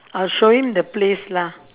I'll show him the place lah